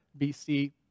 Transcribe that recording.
BC